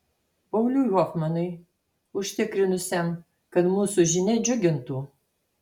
pauliui hofmanui užtikrinusiam kad mūsų žinia džiugintų